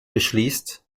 beschließt